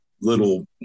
little